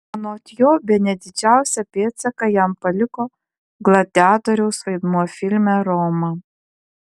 anot jo bene didžiausią pėdsaką jam paliko gladiatoriaus vaidmuo filme roma